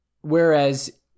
whereas